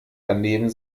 daneben